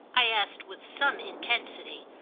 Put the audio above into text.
i asked with some intensity.